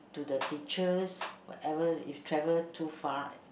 to the teachers whatever if travel too far